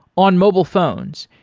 on mobile phones,